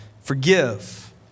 Forgive